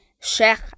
Sheikh